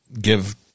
give